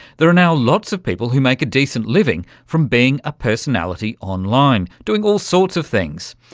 there are now lots of people who make a decent living from being a personality online, doing all sorts of things,